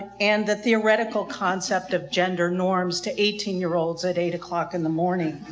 and the theoretical concept of gender norms to eighteen year olds at eight o'clock in the morning.